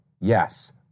yes